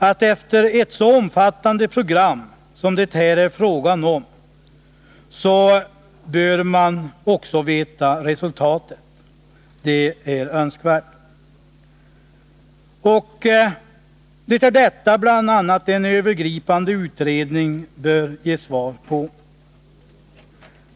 Att man efter ett så omfattande program som det här är fråga om också fick veta resultatet borde vara önskvärt. Och det är detta som bl.a. en övergripande utredning bör ge svar på.